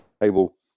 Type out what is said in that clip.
table